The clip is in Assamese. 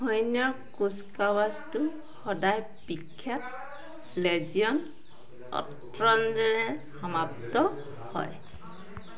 সৈন্যৰ কুচকাৱাজটো সদায় বিখ্যাত লেজিয়ন অ'ট্ৰঞ্জেৰে সমাপ্ত হয়